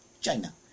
China